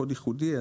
קוד ייחודי,